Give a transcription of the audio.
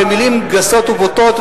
במלים גסות ובוטות,